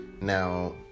Now